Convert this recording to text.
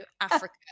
Africa